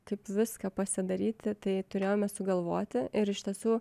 taip viską pasidaryti tai turėjome sugalvoti ir iš tiesų